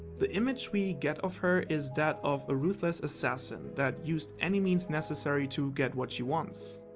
the image we get of her is that of a ruthless assassin, that uses any means necessary to get what she wants.